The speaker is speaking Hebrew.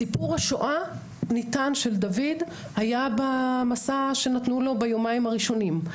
סיפור השואה של דוד היה במסע שנתנו לו ביומיים הראשונים.